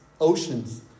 oceans